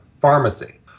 pharmacy